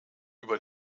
über